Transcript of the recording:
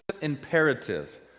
imperative